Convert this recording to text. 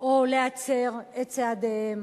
או להצר את צעדיהם